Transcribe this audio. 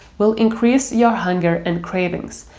will increase your hunger and cravings,